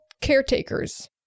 caretakers